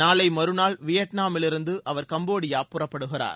நாளை மறுநாள் வியட்நாமிலிருந்து அவர் கம்போடியா புறப்படுகிறார்